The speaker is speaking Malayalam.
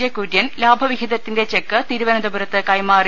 ജെ കുര്യൻ ലാഭവിഹിതത്തിന്റെ ചെക്ക് തിരു വനന്തപുരത്ത് കൈമാറി